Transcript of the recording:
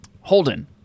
Holden